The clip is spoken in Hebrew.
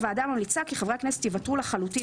הוועדה ממליצה כי חברי הכנסת יוותרו לחלוטין,